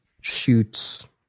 shoots